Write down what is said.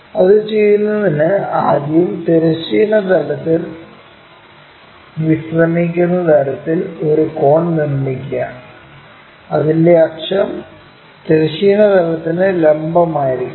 അത് ചെയ്യുന്നതിന് ആദ്യം തിരശ്ചീന തലത്തിൽ വിശ്രമിക്കുന്ന തരത്തിൽ ഒരു കോൺ നിർമ്മിക്കുക അതിന്റെ അക്ഷം തിരശ്ചീന തലത്തിന് ലംബമായിരിക്കണം